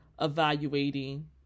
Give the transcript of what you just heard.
evaluating